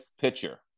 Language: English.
pitcher